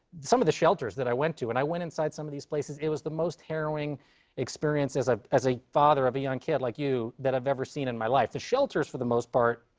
some of the shelters that i went to and i went inside some of these places it was the most harrowing experience as ah as a father of a young kid, like you, that i've ever seen in my life. the shelters, for the most part,